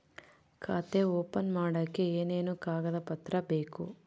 ಖಾತೆ ಓಪನ್ ಮಾಡಕ್ಕೆ ಏನೇನು ಕಾಗದ ಪತ್ರ ಬೇಕು?